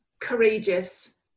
courageous